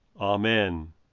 Amen